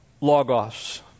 logos